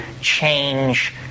change